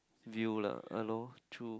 view lah uh loh true